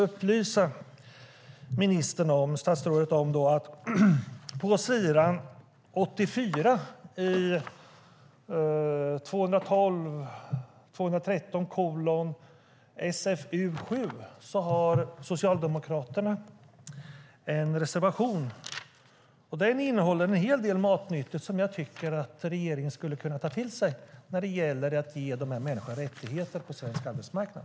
Jag kan dock upplysa statsrådet om att på s. 84 i betänkande 2012/13:SfU7 har Socialdemokraterna en reservation som innehåller en hel del matnyttigt som jag tycker att regeringen kunde ta till sig för att ge dessa människor rättigheter på svensk arbetsmarknad.